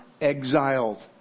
exiled